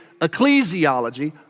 ecclesiology